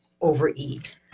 overeat